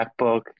MacBook